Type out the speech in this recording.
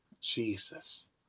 Jesus